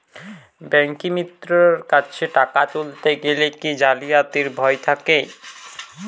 ব্যাঙ্কিমিত্র কাছে টাকা তুলতে গেলে কি জালিয়াতির ভয় থাকে?